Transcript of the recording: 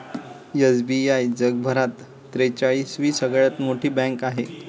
SBI जगभरात त्रेचाळीस वी सगळ्यात मोठी बँक आहे